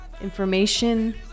Information